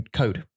code